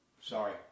Sorry